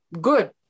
good